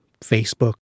Facebook